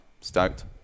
stoked